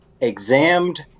examined